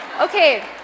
Okay